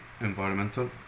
environmental